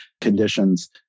conditions